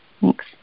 Thanks